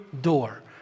door